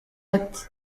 ati